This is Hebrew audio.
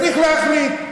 צריך להחליט.